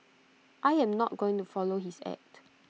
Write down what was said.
I am not going to follow his act